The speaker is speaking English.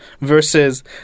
versus